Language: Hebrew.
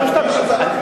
אתם צריכים לעשות מעשה.